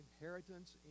inheritance